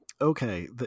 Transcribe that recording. okay